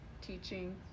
teaching